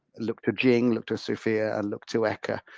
look to jing, look to sophia and look to eka.